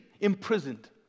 imprisoned